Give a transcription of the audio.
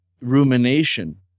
rumination